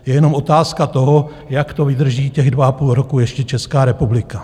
Je jenom otázka toho, jak to vydrží těch dva a půl roku ještě Česká republika.